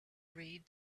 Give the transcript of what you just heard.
read